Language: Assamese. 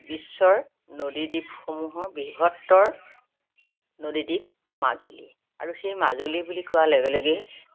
বিশ্বৰ নদীদ্বীপসমূহৰ বৃহত্তৰ নদীদ্বীপ মাজুলী আৰু সেই মাজুলী বুলি কোৱাৰ লগে লগেই